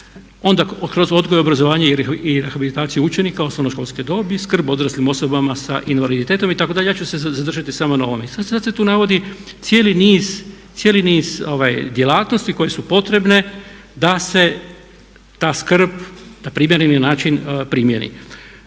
onda kroz odgoj i obrazovanje i rehabilitaciju učenika osnovnoškolske dobe, skrb o odraslim osobama sa invaliditetom itd. Ja ću se zadržati samo na ovome. I sad se tu navodi cijeli niz djelatnosti koje su potrebne da se ta skrb na primjereni način primjeni.